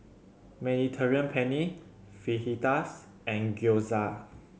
Mediterranean Penne Fajitas and Gyoza